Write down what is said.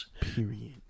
Period